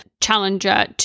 Challenger